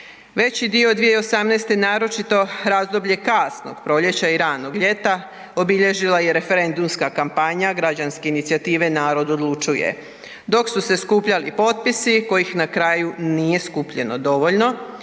Veći dio 2018., naročito razdoblje kasnog proljeća i ranog ljeta, obilježila je referendumska kampanja građanske inicijative „Narod odlučuje“. Dok su se skupljali potpisi kojih na kraju nije skupljeno dovoljno,